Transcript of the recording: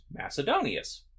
Macedonius